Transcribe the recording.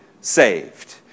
saved